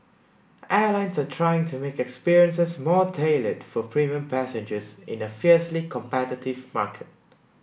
airlines are trying to make experiences more tailored for premium passengers in a fiercely competitive market